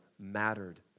mattered